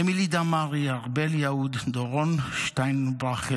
אמילי דמארי, ארבל יהוד, דורון שטיינברכר,